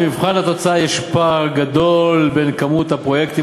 במבחן התוצאה יש פער גדול בין כמות הפרויקטים